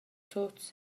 tuts